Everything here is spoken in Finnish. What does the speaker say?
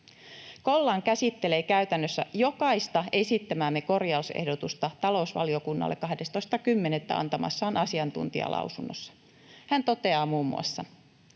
Collan käsittelee käytännössä jokaista esittämäämme korjausehdotusta talousvaliokunnalle 12.10. antamassaan asiantuntijalausunnossa. Hän toteaa muun muassa: